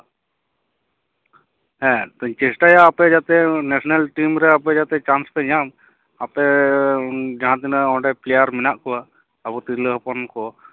ᱦᱮᱸ ᱛᱚᱧ ᱪᱮᱥᱴᱟᱭᱟ ᱟᱯᱮ ᱡᱟᱛᱮ ᱱᱮᱥᱱᱮᱞ ᱴᱤᱢᱨᱮ ᱟᱯᱮ ᱡᱟᱛᱮ ᱪᱟᱱᱥ ᱯᱮ ᱧᱟᱢ ᱟᱯᱮ ᱡᱟᱦᱟᱸᱛᱤᱱᱟᱹᱜ ᱚᱸᱰᱮ ᱯᱞᱮᱭᱟᱨ ᱢᱮᱱᱟᱜ ᱠᱚᱣᱟ ᱟᱵᱚ ᱛᱤᱨᱞᱟᱹ ᱦᱚᱯᱚᱱ ᱠᱚ